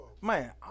Man